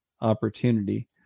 opportunity